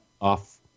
off